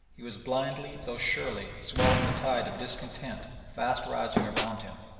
he was blindly though surely swelling the tide of discontent fast rising around him,